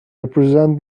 represent